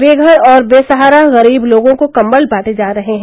बेघर और बेसहारा गरीब लोगों को कम्बल बांटे जा रहे हैं